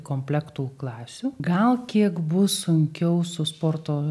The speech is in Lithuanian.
komplektų klasių gal kiek bus sunkiau su sporto